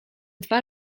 dwa